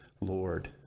lord